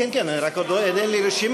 כן, כן, רק עוד אין לי רשימה.